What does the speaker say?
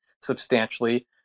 substantially